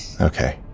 Okay